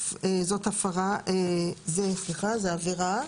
זו עבירה